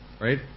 right